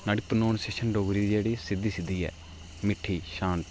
न्हाडी pronunciation ऐ डोगरी दी सिद्धी जेही मिट्ठी